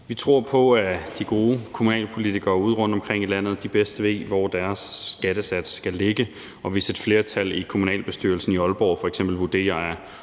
Vi tror på, at de gode kommunalpolitikere rundtomkring i landet bedst selv ved, hvor deres skattesats skal ligge, og hvis et flertal i kommunalbestyrelsen i Aalborg f.eks. vurderer,